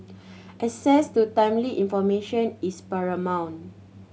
access to timely information is paramount